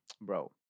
bro